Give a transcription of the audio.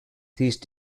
these